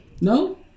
No